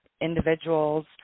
individuals